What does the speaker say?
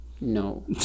No